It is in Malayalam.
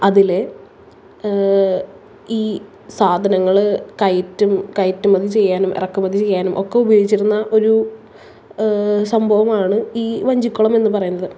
അതിൽ ഈ സാധനങ്ങൾ കയറ്റു കയറ്റുമതി ചെയ്യാനും ഇറക്കുമതി ചെയ്യാനും ഒക്കെ ഉപയോഗിച്ചിരുന്ന ഒരു സംഭവമാണ് ഈ വഞ്ചിക്കുളം എന്നു പറയുന്നത്